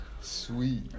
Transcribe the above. Sweet